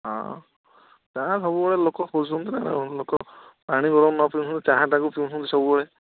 ହଁ ଚାହା ସବୁବେଳେ ଲୋକ ଖୋଜୁଛନ୍ତି ନା ନାଉ ଲୋକ ପାଣି ବରଂ ନ ପିଉଛନ୍ତି ଚାହାଟାକୁ ପିଉଛନ୍ତି ସବୁବେଳେ